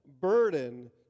burden